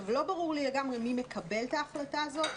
לא ברור לי לגמרי מי מקבל את ההחלטה הזאת,